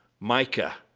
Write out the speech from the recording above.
micah,